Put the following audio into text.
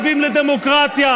זו לא דמוקרטיה.